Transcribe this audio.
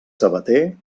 sabater